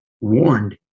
warned